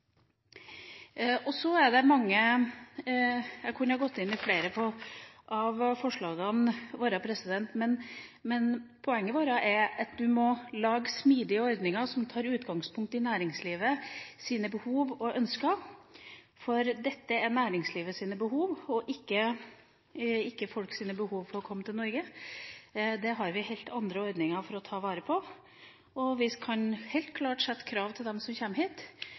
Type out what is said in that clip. er så mange skjær i sjøen før man i det hele tatt får levert søknaden dit den skal behandles. Jeg kunne ha gått inn på flere av forslagene våre, men poenget vårt er at en må lage smidige ordninger som tar utgangspunkt i næringslivets behov og ønsker, for dette er næringslivets behov og ikke folks behov for å komme til Norge – det har vi helt andre ordninger til å ivareta. Vi kan helt klart sette krav til dem som kommer hit,